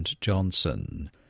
Johnson